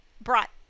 brought